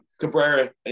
Cabrera